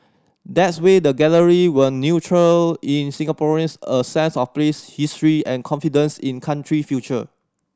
that's way the gallery will nurture in Singaporeans a sense of place history and confidence in country future